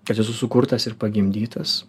kad esu sukurtas ir pagimdytas